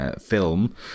film